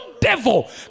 devil